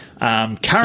current